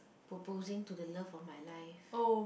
proposing to the love of my life